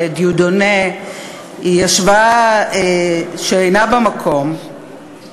לדיודונה היא השוואה שאינה במקום: